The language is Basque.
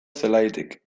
zelaitik